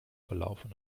gelaufen